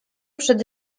przed